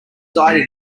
died